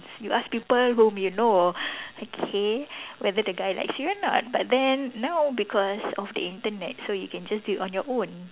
you ask people whom you know okay whether the guy likes you or not but then now because of the Internet so you can just do it on your own